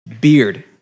beard